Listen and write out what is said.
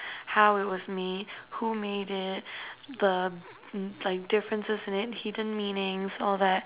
how it was made who made it the like differences in it hidden meanings all that